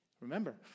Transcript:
remember